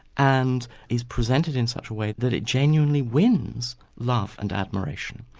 and is presented in such a way that it genuinely wins love and admiration.